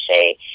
say